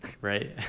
Right